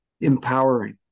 empowering